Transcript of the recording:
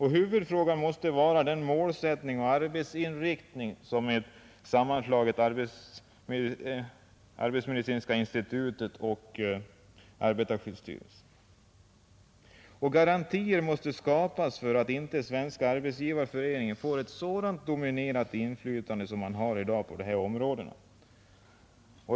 Huvudfrågan måste vara målsättningen och arbetsinriktningen för en sammanslagning av arbetsmedicinska institutet och arbetarskyddsstyrelsen. Garantier måste skapas för att inte Svenska arbetsgivareföreningen får ett sådant dominerande inflytande som den har i dag på dessa områden.